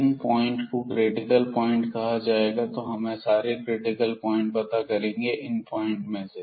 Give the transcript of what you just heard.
इन point को critical point कहा जाएगा तो हम सारे क्रिटिकल प्वाइंट पता करेंगे इन सभी पॉइंट से